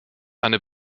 eine